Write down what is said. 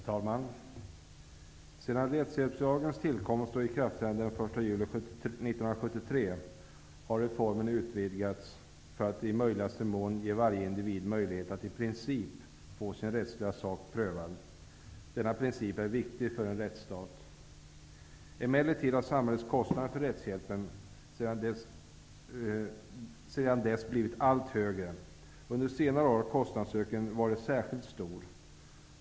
Herr talman! Sedan rättshjälpslagens tillkomst och ikraftträdande den 1 juli 1973 har reformen utvidgats för att i möjligaste mån ge varje individ möjlighet att i princip få sin rättsliga sak prövad. Denna princip är viktig för en rättsstat. Emellertid har samhällets kostnader för rättshjälpen sedan dess blivit allt högre. Under senare år har kostnadsökningen varit särskilt stor.